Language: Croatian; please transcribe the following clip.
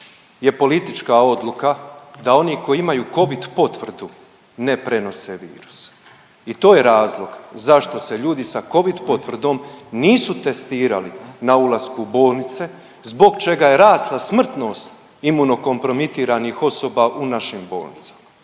je politička odluka da oni koji imaju covid potvrdu ne prenose virus. I to je razlog zašto se ljudi sa covid potvrdom nisu testirali na ulasku u bolnice zbog čega je rasla smrtnost imuno kompromitiranih osoba u našim bolnicama.